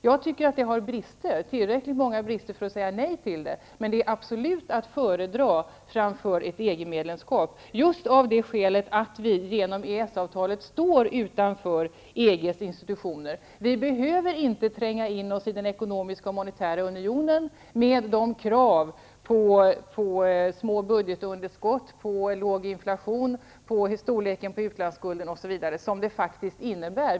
Jag tycker att avtalet innehåller tillräckligt många brister för att säga nej till det. Men avtalet är absolut att föredra framför ett EG-medlemskap -- just av det skälet att Sverige genom EES-avtalet står utanför EG:s institutioner. Vi behöver inte tränga in oss i den ekonomiska och monetära unionen med de krav på små budgetunderskott, låg inflation och storlek på utlandsskulden osv. som ett medlemskap faktiskt innebär.